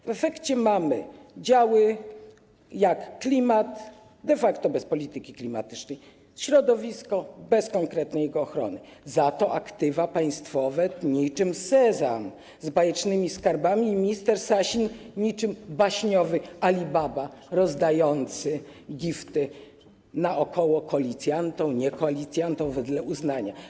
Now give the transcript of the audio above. W efekcie mamy działy: klimat - de facto bez polityki klimatycznej, środowisko - bez konkretnej ochrony, za to aktywa państwowe - niczym Sezam z bajecznymi skarbami i minister Sasin niczym baśniowy Alibaba rozdający gifty naokoło koalicjantom, niekoalicjantom, wedle uznania.